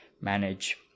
manage